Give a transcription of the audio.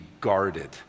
guarded